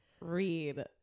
Read